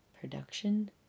production